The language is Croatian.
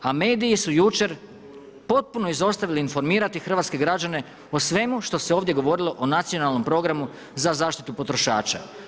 A mediji su jučer potpuno izostavili informirati hrvatske građane o svemu što se ovdje govorilo o Nacionalnom programu za zaštitu potrošača.